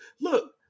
Look